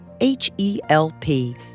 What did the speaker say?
H-E-L-P